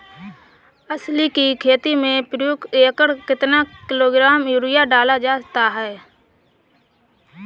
अलसी की खेती में प्रति एकड़ कितना किलोग्राम यूरिया डाला जाता है?